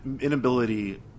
inability